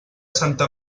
santa